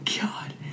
god